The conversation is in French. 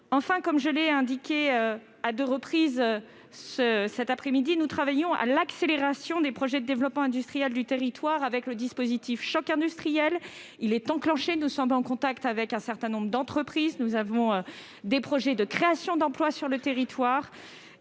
Enfin, je l'ai indiqué à deux reprises cet après-midi, nous travaillons à l'accélération des projets de développement industriel du territoire, avec le dispositif Choc industriel, que nous avons déclenché. Nous sommes donc en contact avec un certain nombre d'entreprises ; nous avons des projets de créations d'emplois sur le territoire